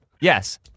Yes